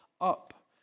up